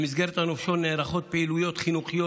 במסגרת הנופשון נערכות פעילויות חינוכיות,